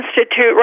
institute